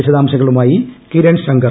വിശദാംശങ്ങളുമായി കിരൺ ശങ്കർ